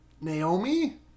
Naomi